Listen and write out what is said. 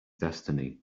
destiny